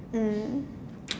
mm